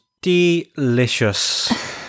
Delicious